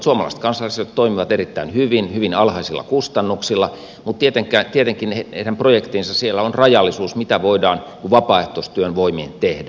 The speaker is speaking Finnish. suomalaiset kansalaisjärjestöt toimivat erittäin hyvin hyvin alhaisilla kustannuksilla mutta tietenkin heidän projektinsa siellä ovat rajallisia sen suhteen mitä voidaan vapaaehtoistyön voimin tehdä